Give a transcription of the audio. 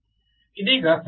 ವಿದ್ಯಾರ್ಥಿ ಪತ್ತೆಯಾಗಿದೆ